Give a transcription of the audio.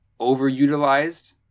overutilized